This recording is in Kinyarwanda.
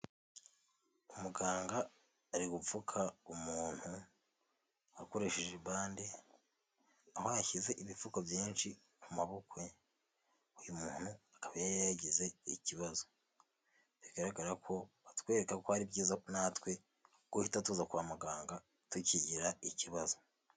Umuganga ari gupfuka umuntu akoresheje bande, aho yashyize ibipfuko byinshi ku maboko ye, uyu muntu akaba yari yagize ikibazo, bigaragara ko batwereka ko ari byiza natwe guhita tuza kwa muganga tukigira ikibazo.